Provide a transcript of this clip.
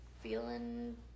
feeling